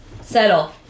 Settle